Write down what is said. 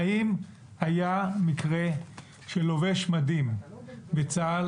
האם היה מקרה של לובש מדים בצה"ל